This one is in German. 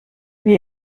wie